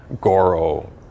Goro